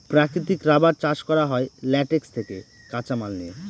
প্রাকৃতিক রাবার চাষ করা হয় ল্যাটেক্স থেকে কাঁচামাল নিয়ে